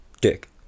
dick